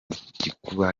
gikuba